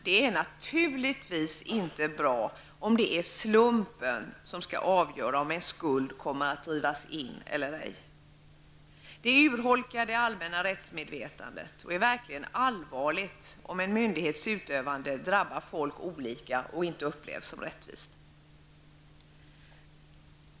Det är naturligtvis inte bra om det är slumpen som avgör om en skuld kommer att drivas in eller ej. Det urholkar det allmänna rättsmedvetandet. Det är verkligen allvarligt om en myndighets utövande drabbar folk olika och inte upplevs som rättvist.